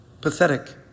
Pathetic